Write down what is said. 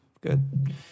good